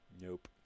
nope